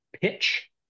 pitch